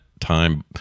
time